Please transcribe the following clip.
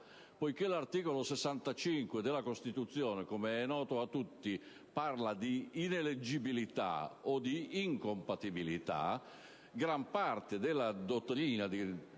Poiché l'articolo 65 della Costituzione, come è noto a tutti, parla di ineleggibilità e di incompatibilità, la molto prevalente dottrina